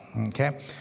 Okay